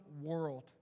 world